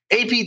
AP